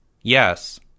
Yes